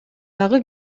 дагы